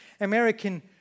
American